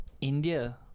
India